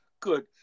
good